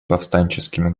повстанческими